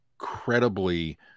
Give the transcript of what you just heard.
incredibly